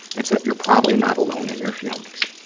it's that you're probably not alone in your feelings.